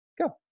Go